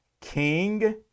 king